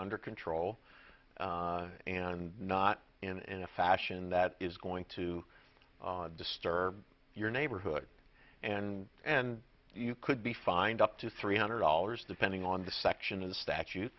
under control and not in a fashion that is going to disturb your neighborhood and and you could be fined up to three hundred dollars depending on the section of the